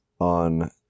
on